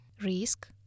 Risk